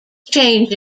change